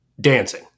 dancing